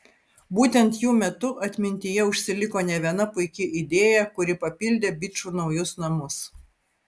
būtent jų metu atmintyje užsiliko ne viena puiki idėja kuri papildė bičų naujus namus